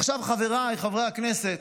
עכשיו, חבריי חברי הכנסת,